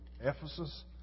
Ephesus